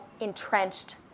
entrenched